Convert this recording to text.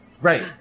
right